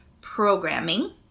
programming